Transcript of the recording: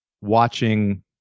watching